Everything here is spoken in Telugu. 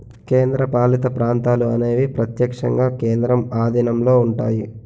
కేంద్రపాలిత ప్రాంతాలు అనేవి ప్రత్యక్షంగా కేంద్రం ఆధీనంలో ఉంటాయి